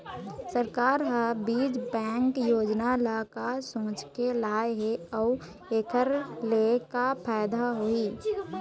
सरकार ह बीज बैंक योजना ल का सोचके लाए हे अउ एखर ले का फायदा होही?